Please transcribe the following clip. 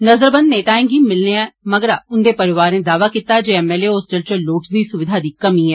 नजरबंद नेताएं गी मिलने मगरा उन्दे परिवारें दावा कीता जे एम एल ए होस्टल च लोड़चदी सुविधाएं दी कमी ऐ